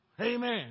Amen